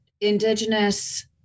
indigenous